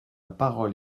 parole